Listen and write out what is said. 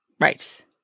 right